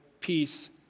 peace